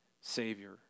Savior